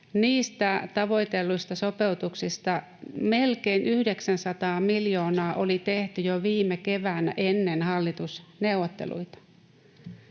niistä tavoitelluista sopeutuksista, melkein 900 miljoonaa oli tehty jo viime keväänä ennen hallitusneuvotteluita.